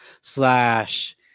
slash